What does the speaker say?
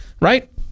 right